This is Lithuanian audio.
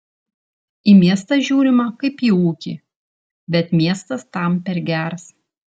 į miestą žiūrima kaip į ūkį bet miestas tam per geras